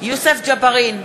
יוסף ג'בארין,